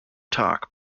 talk